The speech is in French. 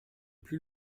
plus